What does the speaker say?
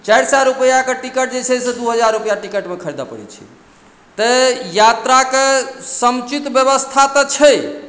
चारि सए रुपैआके टिकट जे छै से दू हजार रुपैआ टिकटमे खरीदय पड़ैत छै तैँ यात्राके समुचित व्यवस्था तऽ छै